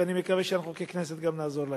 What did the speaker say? ואני מקווה שאנחנו ככנסת גם נעזור להם.